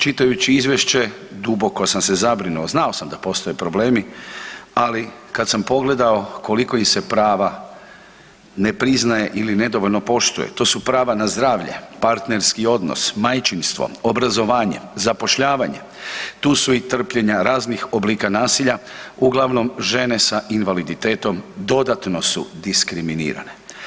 Čitajući izvješće duboko sam se zabrinuo, znao sam da postoje problemi, ali kad sam pogledao koliko im se prava ne priznaje ili nedovoljno poštuje, to su prava na zdravlje, partnerski odnos, majčinstvo, obrazovanje, zapošljavanje tu su i trpljenja raznih oblika nasilja uglavnom žene sa invaliditetom dodatno su diskriminirane.